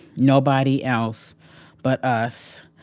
nobody else but us,